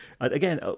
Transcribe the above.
again